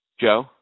Joe